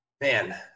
Man